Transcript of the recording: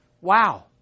Wow